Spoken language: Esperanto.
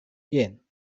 jen